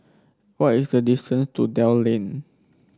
what is the distance to Dell Lane